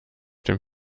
dem